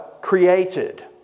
created